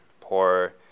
poor